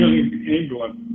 England